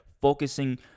focusing